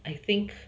I think